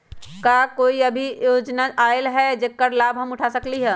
अभी कोई सामाजिक योजना आयल है जेकर लाभ हम उठा सकली ह?